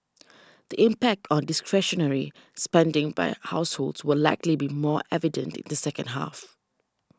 the impact on discretionary spending by households will likely be more evident in the second half